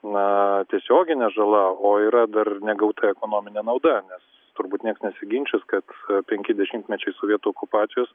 na tiesioginė žala o yra dar negauta ekonominė nauda nes turbūt nieks nesiginčys kad penki dešimtmečiai sovietų okupacijos